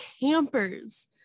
campers